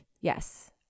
Yes